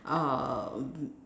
um